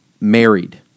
married